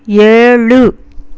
ஏழு